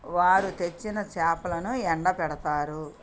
వారు తెచ్చిన చేపలను ఎండబెడతారు